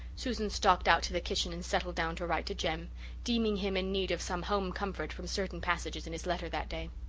susan stalked out to the kitchen and settled down to write to jem deeming him in need of some home comfort from certain passages in his letter that day.